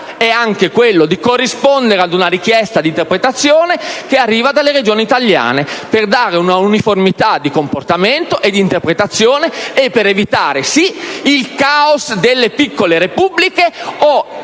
è anche quello di corrispondere ad una richiesta di interpretazione che arriva dalle Regioni italiane per dare una uniformità di comportamento e di interpretazione ed evitare il caos delle piccole Repubbliche o